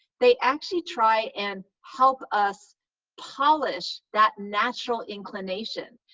they actually try and help us polish that natural inclination.